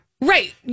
Right